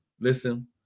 Listen